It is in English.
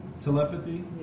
Telepathy